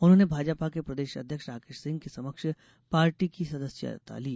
उन्होंने भाजपा के प्रदेश अध्यक्ष राकेश सिंह के समक्ष पार्टी की सदस्यता ली